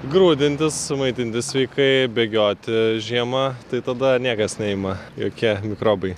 grūdintis maitintis sveikai bėgioti žiemą tai tada niekas neima jokie mikrobai